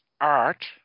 art